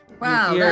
Wow